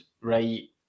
right